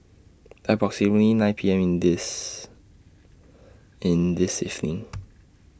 approximately nine P M in This in This evening